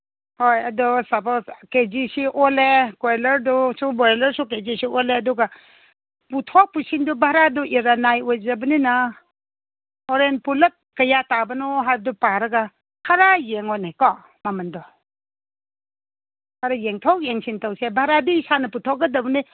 ꯍꯣꯏ ꯑꯗꯣ ꯁꯄꯣꯁ ꯀꯦꯖꯤꯁꯤ ꯑꯣꯜꯂꯦ ꯀꯣꯏꯂꯔꯁꯨ ꯕꯣꯏꯂꯔꯁꯨ ꯀꯩꯀꯩꯁꯨ ꯑꯣꯜꯂꯦ ꯑꯗꯨꯒ ꯄꯨꯊꯣꯛ ꯄꯨꯁꯤꯟꯗꯨ ꯚꯔꯥꯗꯨ ꯏꯔꯟꯅꯥꯏ ꯑꯣꯏꯖꯕꯅꯤꯅ ꯍꯣꯔꯦꯟ ꯄꯨꯂꯞ ꯀꯌꯥ ꯇꯥꯕꯅꯣ ꯍꯥꯏꯕꯗꯨ ꯄꯥꯔꯒ ꯈꯔ ꯌꯦꯡꯉꯨꯅꯦ ꯀꯣ ꯃꯃꯜꯗꯣ ꯈꯔ ꯌꯦꯡꯊꯣꯛ ꯌꯦꯡꯁꯤꯟ ꯇꯧꯁꯦ ꯚꯔꯥꯗꯤ ꯏꯁꯥꯅ ꯄꯨꯊꯣꯛꯀꯗꯝꯅꯤ